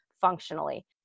functionally